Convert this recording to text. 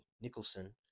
Nicholson